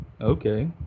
Okay